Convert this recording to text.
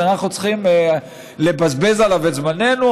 שאנחנו צריכים לבזבז עליו את זמננו,